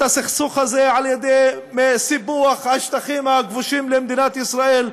את הסכסוך הזה על-ידי סיפוח השטחים הכבושים למדינת ישראל,